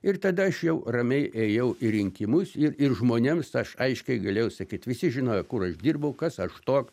ir tada aš jau ramiai ėjau į rinkimus ir ir žmonėms aš aiškiai galėjau sakyt visi žinojo kur aš dirbau kas aš tok